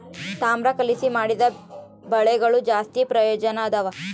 ತಾಮ್ರ ಕಲಿಸಿ ಮಾಡಿದ ಬಲೆಗಳು ಜಾಸ್ತಿ ಪ್ರಯೋಜನದವ